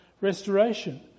Restoration